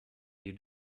you